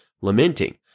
lamenting